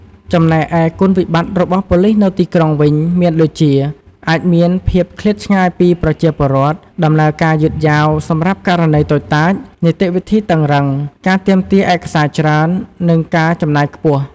ចំណែកឯគុណវិបត្តិរបស់ប៉ូលីសនៅទីក្រុងវិញ មានដូចជា អាចមានភាពឃ្លាតឆ្ងាយពីប្រជាពលរដ្ឋ ដំណើរការយឺតយ៉ាវសម្រាប់ករណីតូចតាច នីតិវិធីតឹងរ៉ឹង ការទាមទារឯកសារច្រើន និងការចំណាយខ្ពស់។